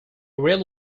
really